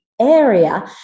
area